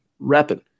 repping